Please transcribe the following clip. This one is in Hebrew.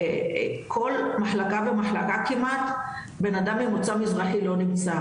כל מחלקה ומחלקה כמעט בנאדם ממוצא מזרחי לא נמצא,